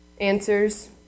Answers